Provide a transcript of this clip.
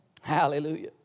Hallelujah